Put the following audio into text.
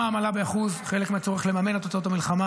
המע"מ עלה ב-1% זה חלק מהצורך לממן את הוצאות המלחמה.